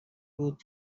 بود